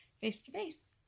face-to-face